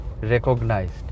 recognized